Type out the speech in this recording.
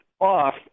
off